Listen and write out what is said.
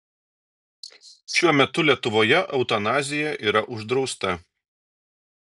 šiuo metu lietuvoje eutanazija yra uždrausta